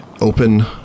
open